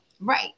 Right